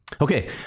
Okay